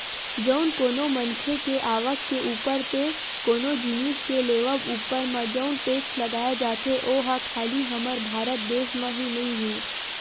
जउन कोनो मनखे के आवक के ऊपर ते कोनो जिनिस के लेवब ऊपर म जउन टेक्स लगाए जाथे ओहा खाली हमर भारत देस म ही नइ हे